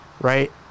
right